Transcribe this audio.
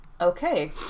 Okay